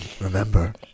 remember